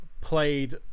played